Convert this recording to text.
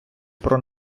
про